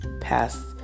past